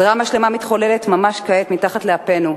דרמה שלמה מתחוללת ממש כעת מתחת לאפנו,